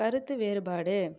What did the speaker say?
கருத்து வேறுபாடு